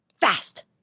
Fast